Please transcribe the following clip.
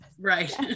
right